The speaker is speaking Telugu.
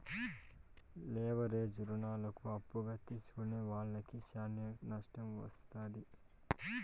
లెవరేజ్ రుణాలను అప్పుగా తీసుకునే వాళ్లకి శ్యానా నట్టం వత్తాది